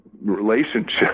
relationship